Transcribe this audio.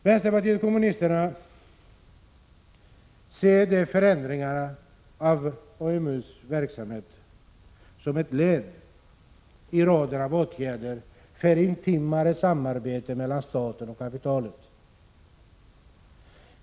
Vänsterpartiet kommunisterna ser förändringarna av AMU:s verksamhet som ett led i raden av åtgärder för intimare samarbete mellan staten och kapitalet.